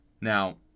Now